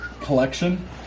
collection